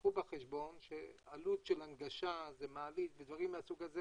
תקחו בחשבון שעלות הנגשה זה מעלית ודברים מהסוג הזה,